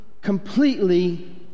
completely